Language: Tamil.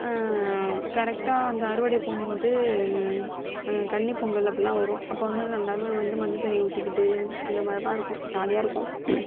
கரெக்டாக அந்த அறுவடை போம்போது கன்னி பொங்கல் அப்புல்லாம் வரும் அப்போ வந்து எல்லாருமே வந்து மஞ்ச தண்ணி ஊற்றிகிட்டு அந்தமாதிரிதான் இருக்கும் ஜாலியாக இருக்கும்